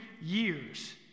years